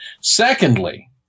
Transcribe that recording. Secondly